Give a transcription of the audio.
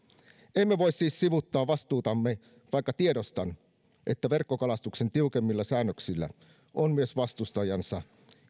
emme voi siis sivuuttaa vastuutamme vaikka tiedostan että verkkokalastuksen tiukemmilla säännöksillä on myös vastustajansa